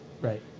right